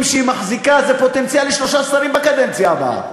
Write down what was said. שהיא מחזיקה זה פוטנציאל לשלושה שרים בקדנציה הבאה.